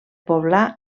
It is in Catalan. poblar